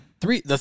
three